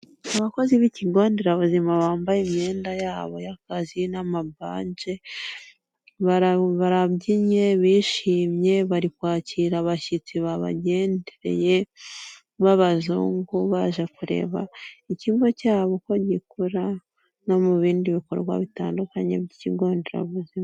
Abakozi b'ikigonderabuzima bambaye imyenda yabo y'akazi n'amabaje barabyinnye, bishimye, bari kwakira abashyitsi babagendereye b'abazungu baje kureba ikigo cyabo uko gikora no mu bindi bikorwa bitandukanye by'ikigonderabuzima.